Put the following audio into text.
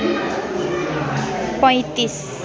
पैँतिस